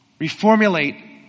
reformulate